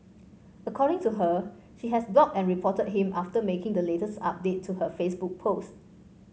according to her she has blocked and reported him after making the latest update to her Facebook post